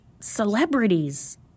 celebrities